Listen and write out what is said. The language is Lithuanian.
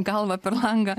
galva per langą